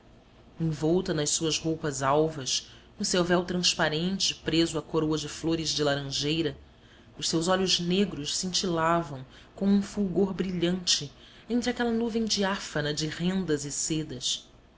envolta nas suas roupas alvas no seu véu transparente preso à coroa de flores de laranjeira os seus olhos negros cintilavam com um fulgor brilhante entre aquela nuvem diáfana de rendas e sedas